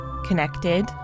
connected